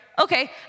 Okay